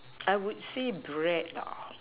I would say bread lah